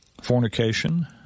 Fornication